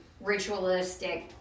ritualistic